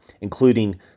including